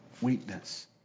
weakness